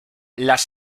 las